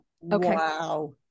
Wow